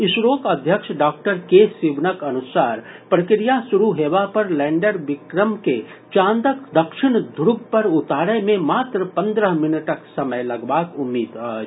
इसरोक अध्यक्ष Dr K सिवनक अनुसार प्रक्रिया शुरू हेबा पर लैंडर विक्रम के चांदक दक्षिण ध्रव पर उतारय मे मात्र पन्द्रह मिनटक समय लगबाक उम्मीद अछि